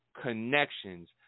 connections